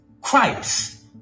Christ